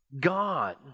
God